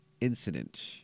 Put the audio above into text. Incident